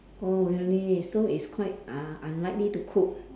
oh really so it's quite uh unlikely to cook